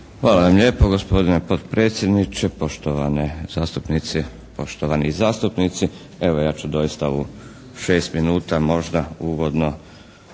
Hvala vam lijepo gospodine potpredsjedniče, poštovane zastupnice, poštovani zastupnici. Evo ja ću doista u šest minuta možda uvodno